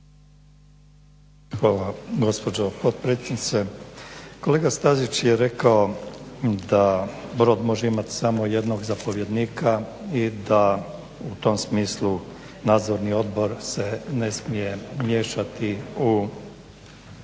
Hvala gospođo potpredsjednice. Kolega Stazić je rekao da rob može imati samo jednog zapovjednika i da u tom smislu nadzorni odbor se ne smije miješati u poslove